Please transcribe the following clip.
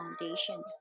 foundation